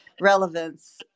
relevance